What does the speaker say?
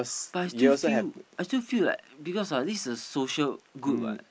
but I still feel I still feel like because ah this is a social good [what]